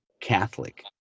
Catholic